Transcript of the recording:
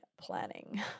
planning